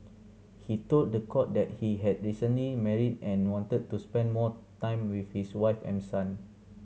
he told the court that he had recently married and wanted to spend more time with his wife and son